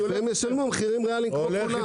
והם ישלמו מחירים ריאליים כמו כולם.